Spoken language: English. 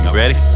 ready